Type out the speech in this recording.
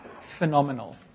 phenomenal